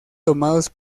tomados